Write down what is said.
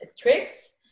tricks